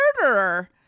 murderer